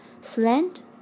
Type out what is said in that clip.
slant